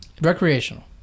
recreational